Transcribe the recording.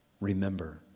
remember